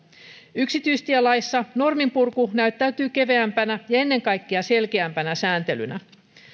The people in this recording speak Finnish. yksityistielaissa norminpurku näyttäytyy keveämpänä ja ennen kaikkea selkeämpänä sääntelynä